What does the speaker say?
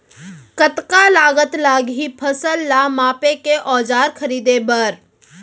कतका लागत लागही फसल ला मापे के औज़ार खरीदे बर?